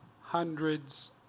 hundreds